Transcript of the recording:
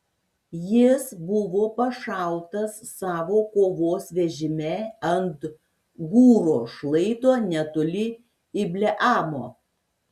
jis buvo pašautas savo kovos vežime ant gūro šlaito netoli ibleamo